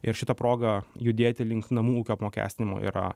ir šita proga judėti link namų ūkio apmokestinimo yra